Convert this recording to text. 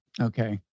Okay